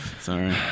Sorry